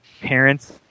parents